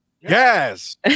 yes